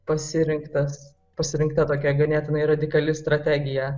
pasirinktas pasirinkta tokia ganėtinai radikali strategija